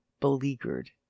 beleaguered